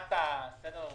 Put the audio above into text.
מבחינת סדר הזמנים,